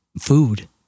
food